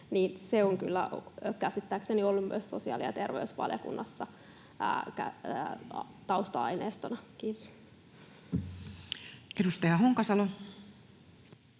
kyllä käsittääkseni olleet myös sosiaali- ja terveysvaliokunnassa tausta-aineistona. — Kiitos.